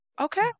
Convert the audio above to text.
Okay